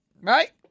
right